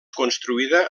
construïda